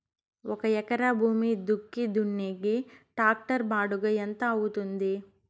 ఒక ఎకరా భూమి దుక్కి దున్నేకి టాక్టర్ బాడుగ ఎంత అవుతుంది?